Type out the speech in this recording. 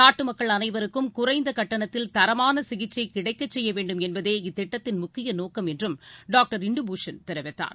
நாட்டு மக்கள் அனைவருக்கும் குறைந்த கட்டணத்தில் தரமான சிகிச்சை கிடைக்கச் செய்ய வேண்டும் என்பதே இத்திட்டத்தின் முக்கிய நோக்கம் என்றும் டாக்டர் இந்து பூஷன் தெரிவித்தார்